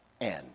end